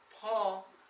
Paul